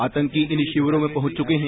आतंकी इन शिकिरों में पहुंच चुके हैं